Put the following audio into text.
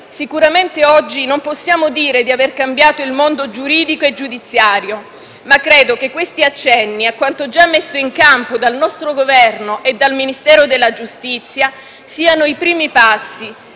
sicuramente oggi non possiamo dire di aver cambiato il mondo giuridico e giudiziario, ma credo che questi accenni a quanto già messo in campo dal nostro Governo e dal Ministero della giustizia siano i primi passi